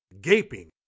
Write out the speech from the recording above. gaping